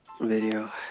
video